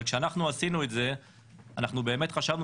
אבל כשאנחנו עשינו את זה אנחנו באמת חשבנו